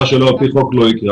ומה שלא על פי חוק לא יקרה.